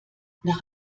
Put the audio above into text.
nach